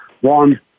One